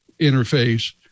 interface